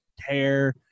hair